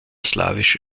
slawische